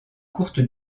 courte